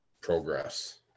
progress